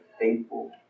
faithful